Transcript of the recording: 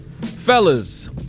Fellas